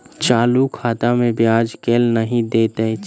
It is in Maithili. चालू खाता मे ब्याज केल नहि दैत अछि